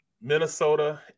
Minnesota